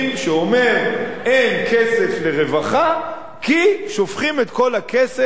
שאומר: אין כסף לרווחה כי שופכים את כל הכסף על,